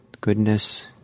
goodness